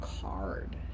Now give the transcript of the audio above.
card